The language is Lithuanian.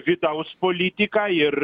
vidaus politiką ir